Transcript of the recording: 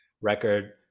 record